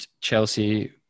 Chelsea